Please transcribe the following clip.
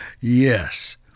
Yes